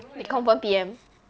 they confirm P_M